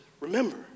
remember